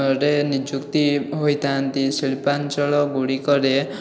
ରେ ନିଯୁକ୍ତି ହୋଇଥାନ୍ତି ଶିଳ୍ପାଞ୍ଚଳ ଗୁଡ଼ିକରେ